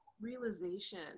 realization